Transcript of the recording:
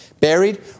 buried